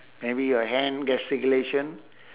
maybe your hand gesticulation